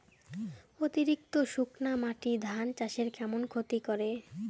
অতিরিক্ত শুকনা মাটি ধান চাষের কেমন ক্ষতি করে?